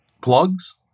plugs